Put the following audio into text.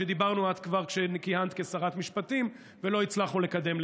שדיברנו עליו אז כבר כשכיהנת כשרת המשפטים ולא הצלחנו לקדם את זה,